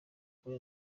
kuri